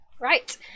right